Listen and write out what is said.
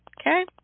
Okay